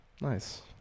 nice